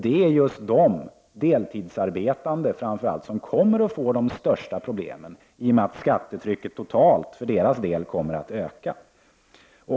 Det är just de deltidsarbetande som kommer att få de största problemen i och med att skattetrycket totalt för deras del kommer att öka.